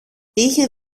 είχε